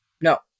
No